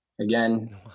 Again